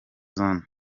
zone